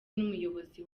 n’umuyobozi